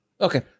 Okay